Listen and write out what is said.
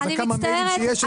אז כמה מיילים שיש אצלך -- חברים,